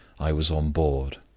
i was on board.